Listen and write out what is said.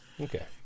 Okay